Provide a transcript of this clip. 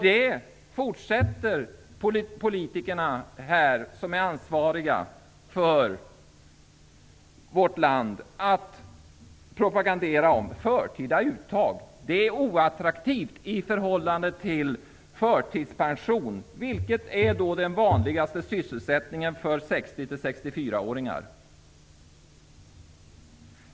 De politiker som är ansvariga för vårt land fortsätter att propagera för förtida uttag av pension. Det är oattraktivt i förhållande till förtidspension, vilken är den vanligaste sysselsättningen för 60--64-åringar.